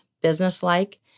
businesslike